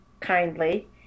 kindly